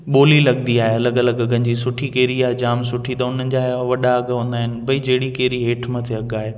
ॿोली लॻंदी आहे अलॻि अलॻि अघनि जी सुठी कैरी आहे जाम सुठी त उन्हनि जा वॾा अघ हूंदा आहिनि भाई जहिड़ी कहिड़ी हेठि मथे अघु आहे